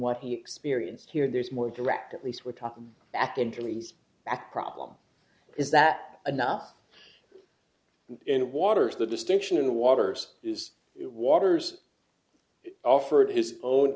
what he experienced here there's more direct at least we're talking back injuries back problem is that enough in waters the distinction in the waters is it waters offered his own